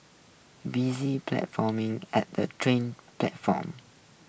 busy platforming at train platforms